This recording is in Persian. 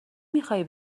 میخوایی